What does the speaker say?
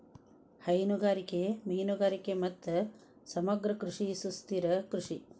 ಹೈನುಗಾರಿಕೆ, ಮೇನುಗಾರಿಗೆ ಮತ್ತು ಸಮಗ್ರ ಕೃಷಿ ಸುಸ್ಥಿರ ಕೃಷಿ